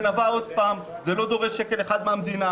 וזה לא דורש שקל אחד מהמדינה.